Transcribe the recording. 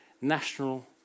national